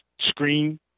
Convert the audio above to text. screen